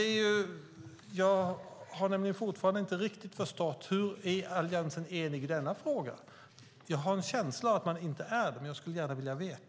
Jag har fortfarande inte riktigt förstått om Alliansen är enig i denna fråga. Jag har känsla av att man inte är det, men jag skulle gärna vilja veta.